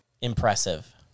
impressive